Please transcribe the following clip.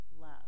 love